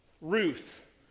Ruth